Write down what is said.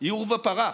היא עורבא פרח,